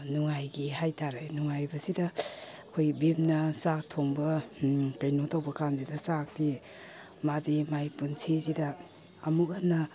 ꯅꯨꯡꯉꯥꯏꯒꯤ ꯍꯥꯏꯇꯔꯦ ꯅꯨꯡꯉꯥꯏꯕꯁꯤꯗ ꯑꯩꯈꯣꯏ ꯚꯤꯝꯅ ꯆꯥꯛ ꯊꯣꯡꯕ ꯀꯩꯅꯣ ꯇꯧꯕ ꯀꯥꯟꯁꯤꯗ ꯆꯥꯛꯇꯤ ꯃꯥꯗꯤ ꯃꯥꯏ ꯄꯨꯟꯁꯤꯁꯤꯗ ꯑꯃꯨꯛ ꯍꯟꯅ